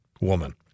woman